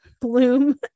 bloom